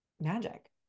magic